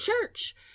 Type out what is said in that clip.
church